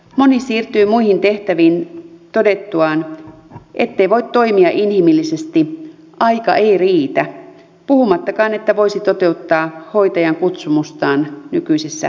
moni siirtyy muihin tehtäviin todettuaan ettei voi toimia inhimillisesti aika ei riitä puhumattakaan että voisi toteuttaa hoitajan kutsumustaan nykyisessä työssään